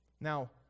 Now